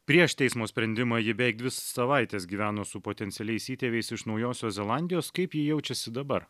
prieš teismo sprendimą ji beveik dvi savaites gyveno su potencialiais įtėviais iš naujosios zelandijos kaip ji jaučiasi dabar